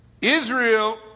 Israel